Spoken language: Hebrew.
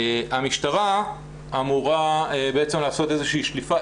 המשטרה אמורה לעשות איזו שהיא שליפה,